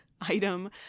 item